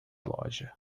loja